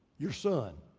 your son.